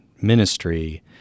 ministry